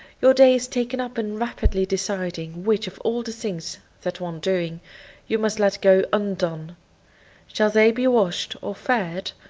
your day is taken up in rapidly deciding which of all the things that want doing you must let go undone shall they be washed or fed,